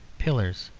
pillars,